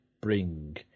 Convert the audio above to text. bring